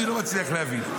אני לא מצליח להבין.